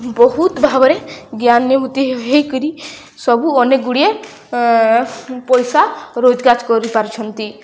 ବହୁତ ଭାବରେ ଜ୍ଞାନ ହେଇ କରି ସବୁ ଅନେକ ଗୁଡ଼ିଏ ପଇସା ରୋଜଗାର କରିପାରୁଛନ୍ତି